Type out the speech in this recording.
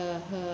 her her